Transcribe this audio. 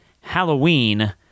Halloween